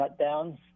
shutdowns